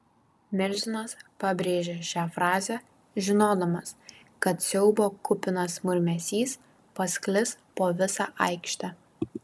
milžinas pabrėžė šią frazę žinodamas kad siaubo kupinas murmesys pasklis po visą aikštę